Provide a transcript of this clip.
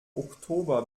oktober